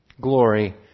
glory